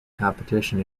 competition